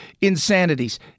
insanities